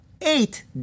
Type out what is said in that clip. eight